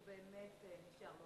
באמת נשארו